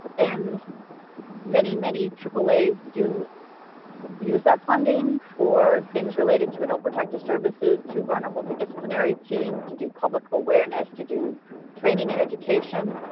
and many, many triple as use that funding for things related to adult protective services, to run a multidisciplinary team, to do public awareness, to do training and education.